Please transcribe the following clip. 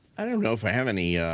i don't know if i have any